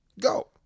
go